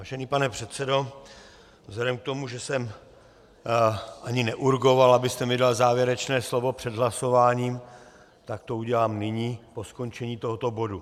Vážený pane předsedo, vzhledem k tomu, že jsem ani neurgoval, abyste mi dal závěrečné slovo před hlasováním, tak to udělám nyní, po skončení tohoto bodu.